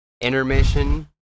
Intermission